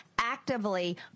actively